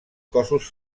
cossos